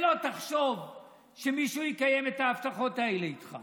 שלא תחשוב שמישהו יקיים את ההבטחות האלה איתך,